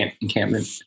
encampment